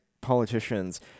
politicians